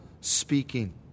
speaking